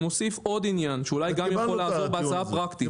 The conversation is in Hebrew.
ומוסיף עוד עניין שאולי גם יכול לעזור בהצעה פרקטית.